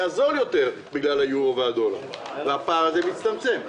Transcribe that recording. זול יותר בגלל האירו והדולר והפער מצטמצם,